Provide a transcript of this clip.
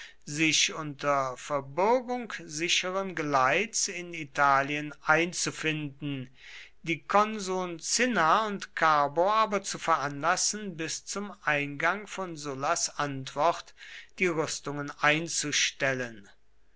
sich unter verbürgung sicheren geleits in italien einzufinden die konsuln cinna und carbo aber zu veranlassen bis zum eingang von sullas antwort die rüstungen einzustellen